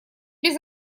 без